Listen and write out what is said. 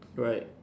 right